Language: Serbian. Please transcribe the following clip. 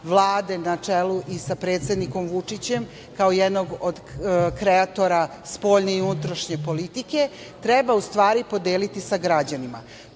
Vlade na čelu i sa predsednikom Vučićem, kao jednog od kreatora spoljne i unutrašnje politike, treba podeliti sa građanima.